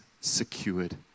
secured